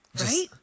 right